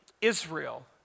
Israel